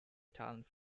talent